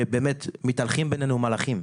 שבאמת מתהלכים בינינו מלאכים,